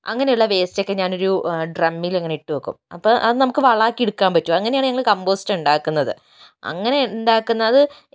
അങ്ങനെയുള്ള വെസ്റ്റൊക്കെ ഞാനൊരു ഡ്രമ്മിൽ ഇങ്ങനെ ഇട്ട് വയ്ക്കും അപ്പം അത് നമുക്ക് വളമാക്കി എടുക്കാൻ പറ്റും അങ്ങനെയാണ് നമ്മള് കമ്പോസ്റ്റുണ്ടാക്കുന്നത് അങ്ങനെയാണുണ്ടാക്കുന്നത്